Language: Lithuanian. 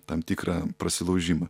tam tikrą prasilaužimą